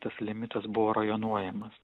tas limitas buvo rajonuojamas